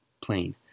plane